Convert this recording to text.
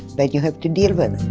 but you have to deal with it.